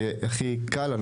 זה הכי קל.